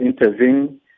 intervene